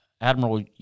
Admiral